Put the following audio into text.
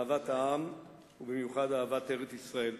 אהבת העם ובמיוחד אהבת ארץ-ישראל.